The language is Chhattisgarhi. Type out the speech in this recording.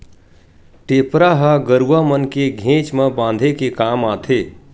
टेपरा ह गरुवा मन के घेंच म बांधे के काम आथे